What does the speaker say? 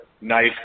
nice